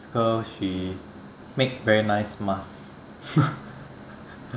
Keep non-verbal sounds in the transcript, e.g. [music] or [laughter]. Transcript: girl she make very nice mask [laughs]